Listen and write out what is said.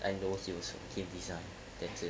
I know he was from kim design that's it